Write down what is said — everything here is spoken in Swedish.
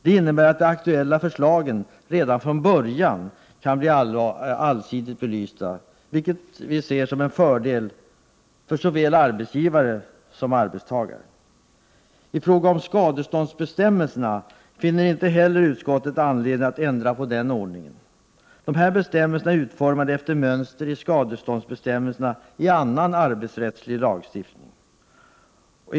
Det innebär att de aktuella förslagen redan från början kan bli allsidigt belysta, vilket vi ser som en fördel för såväl arbetsgivare som arbetstagare. I fråga om skadeståndsbestämmelserna finner utskottet inte heller anledning att ändra på denna ordning. Dessa bestämmelser är utformade efter mönster i skadeståndsbestämmelserna i annan arbetsrättslig lagstiftning.